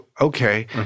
okay